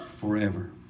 forever